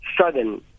sudden